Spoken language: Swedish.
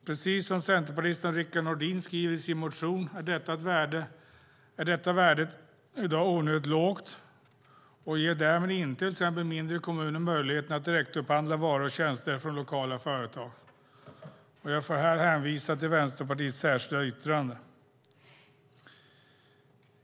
Precis som centerpartisten Rickard Nordin skriver i sin motion är detta värde i dag onödigt lågt och ger därmed inte till exempel mindre kommuner möjligheten att direktupphandla varor och tjänster från lokala företag. Jag får här hänvisa till Vänsterpartiets särskilda yttrande.